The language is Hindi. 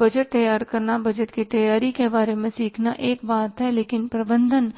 तो बजट तैयार करना बजट की तैयारी के बारे में सीखना एक बात है लेकिन प्रबंधन